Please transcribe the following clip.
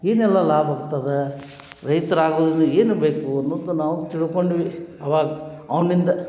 ಏನೆಲ್ಲ ಲಾಭ ಇರ್ತದೆ ರೈತ್ರು ಆಗೋದ್ರಿಂದ ಏನು ಬೇಕು ಅನ್ನುವುದು ನಾವು ತಿಳ್ಕೊಂಡ್ವಿ ಆವಾಗ ಅವನಿಂದ